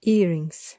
Earrings